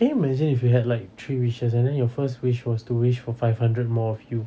can you imagine if you had like three wishes and then first wish was to wish for five hundred more of you